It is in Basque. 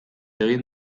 egin